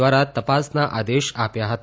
દ્વારા તપાસના આદેશ આપ્યા હતા